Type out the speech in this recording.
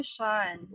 Sean